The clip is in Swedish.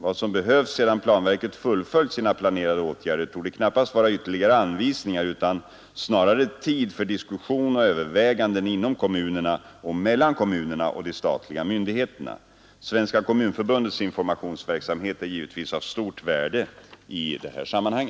Vad som behövs sedan planverket fullföljt sina planerade åtgärder torde knappast vara ytterligare anvisningar utan snarare tid för diskussion och överväganden inom kommunerna och mellan kommunerna och de statliga myndigheterna. Svenska kommunförbundets informationsverksamhet är givetvis av stort värde i detta sammanhang.